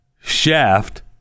shaft